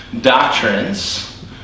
doctrines